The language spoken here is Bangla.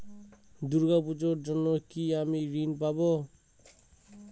দূর্গা পূজার জন্য কি আমি ঋণ পাবো?